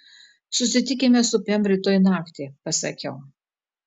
susitikime su pem rytoj naktį pasakiau